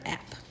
App